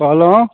कहलौँ